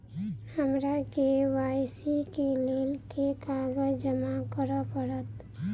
हमरा के.वाई.सी केँ लेल केँ कागज जमा करऽ पड़त?